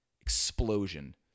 explosion